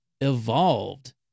evolved